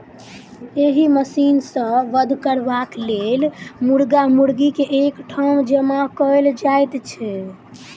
एहि मशीन सॅ वध करबाक लेल मुर्गा मुर्गी के एक ठाम जमा कयल जाइत छै